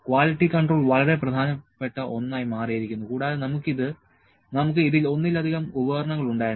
quality control വളരെ പ്രധാനപ്പെട്ട ഒന്നായി മാറിയിരിക്കുന്നു കൂടാതെ നമുക്ക് ഇതിൽ ഒന്നിലധികം ഉപകരണങ്ങൾ ഉണ്ടായിരുന്നു